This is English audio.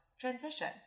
transition